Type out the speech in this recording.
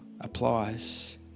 applies